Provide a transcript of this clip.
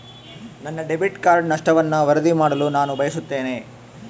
ನನ್ನ debit card ನಷ್ಟವನ್ನು ವರದಿ ಮಾಡಲು ನಾನು ಬಯಸುತ್ತೇನೆ